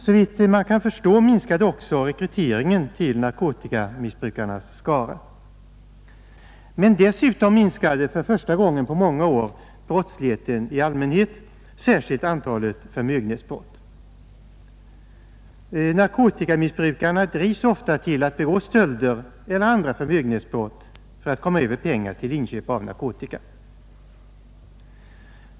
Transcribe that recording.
Såvitt man kan förstå minskade också rekryteringen till narkotikamissbrukarnas skara. Men dessutom minskade för första gången på många år brottsligheten i allmänhet, särskilt antalet förmögenhetsbrott. Narkotikamissbrukarna drivs ofta till att begå stölder eller andra förmögenhetsbrott för att komma över pengar till inköp av narkotika.